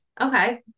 Okay